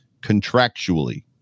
contractually